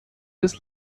des